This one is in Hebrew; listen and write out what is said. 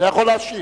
אתה יכול להשיב.